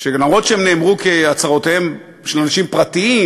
אף שהן נאמרו כהצהרותיהם של אנשים פרטיים,